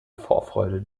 vorfreude